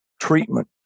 treatment